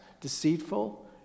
Deceitful